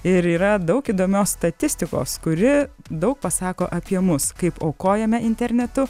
ir yra daug įdomios statistikos kuri daug pasako apie mus kaip aukojame internetu